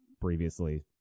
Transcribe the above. previously